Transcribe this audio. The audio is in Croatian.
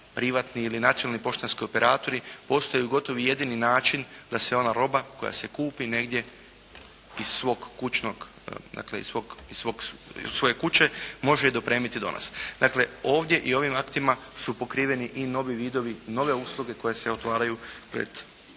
privatni ili nacionalni poštanski operatori postaju gotovo jedini način da se ona roba koja se kupi negdje iz svog kućnog, dakle iz svoje kuće može dopremiti i do nas. Dakle, ovdje i ovim aktima su pokriveni i novi vidovi nove usluge koje se otvaraju pred